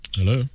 Hello